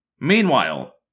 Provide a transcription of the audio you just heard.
Meanwhile